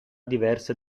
diverse